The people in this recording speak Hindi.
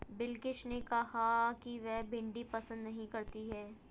बिलकिश ने कहा कि वह भिंडी पसंद नही करती है